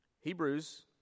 Hebrews